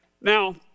Now